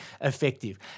effective